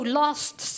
lost